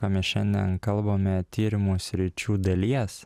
ką mes šiandien kalbame tyrimų sričių dalies